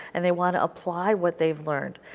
and they want to apply what they have learned.